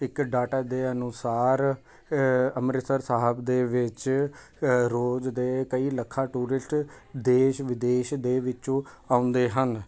ਇੱਕ ਡਾਟਾ ਦੇ ਅਨੁਸਾਰ ਅੰਮ੍ਰਿਤਸਰ ਸਾਹਿਬ ਦੇ ਵਿੱਚ ਰੋਜ਼ ਦੇ ਕਈ ਲੱਖਾਂ ਟੂਰਿਸਟ ਦੇਸ਼ ਵਿਦੇਸ਼ ਦੇ ਵਿੱਚੋਂ ਆਉਂਦੇ ਹਨ